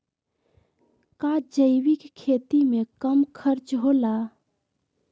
का जैविक खेती में कम खर्च होला?